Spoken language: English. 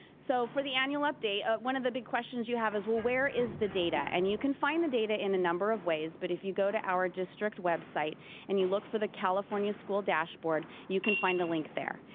so for the annual update, one of the big questions you have is, well, where is the data? and you can find the data in a number of ways, but if you go to our district website and you look for the california school dashboard, you can find the link there.